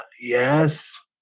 yes